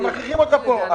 אבל מכריחים אותך גם פה.